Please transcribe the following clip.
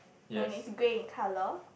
and is grey in colour